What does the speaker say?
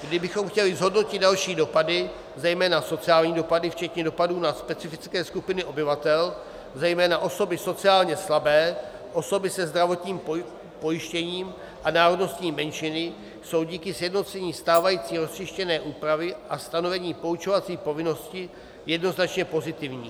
Kdybychom chtěli zhodnotit další dopady, zejména sociální dopady včetně dopadů na specifické skupiny obyvatel, zejména osoby sociálně slabé, osoby se zdravotním postižením a národnostní menšiny, jsou díky sjednocení stávající roztříštěné úpravy a stanovení poučovací povinnosti jednoznačně pozitivní.